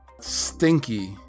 Stinky